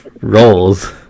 Rolls